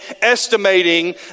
estimating